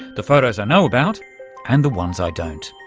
the photos i know about and the ones i don't?